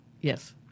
Yes